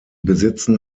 besitzen